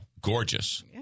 Gorgeous